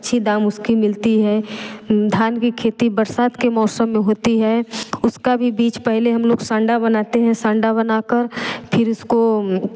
अच्छी दाम उसकी मिलती है धान की खेती बरसात के मौसम में होती है उसका भी बीच पहले हम लोग सांडा बनाते हैं सांडा बनाकर फिर उसको